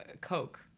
Coke